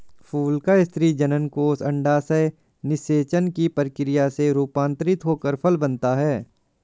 फूल का स्त्री जननकोष अंडाशय निषेचन की प्रक्रिया से रूपान्तरित होकर फल बनता है